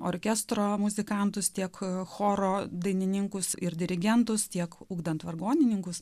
orkestro muzikantus tiek choro dainininkus ir dirigentus tiek ugdant vargonininkus